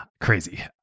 crazy